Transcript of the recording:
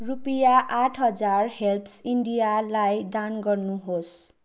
रुपियाँ आठ हजार हेल्पस् इन्डियालाई दान गर्नुहोस्